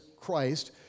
Christ